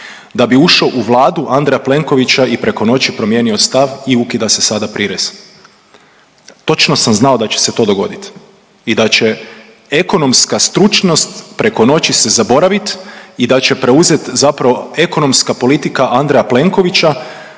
da bi ušao u Vladu Andreja Plenkovića i preko noći promijenio stav i ukida se sada prirez. Točno sam znao da će se to dogoditi. I da će ekonomska stručnost preko noći se zaboravit i da će preuzet zapravo ekonomska politika Andreja Plenkovića